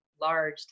large